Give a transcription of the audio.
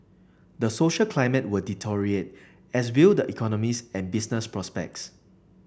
the social climate will deteriorate as will the economies and business prospects